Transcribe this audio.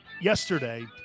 yesterday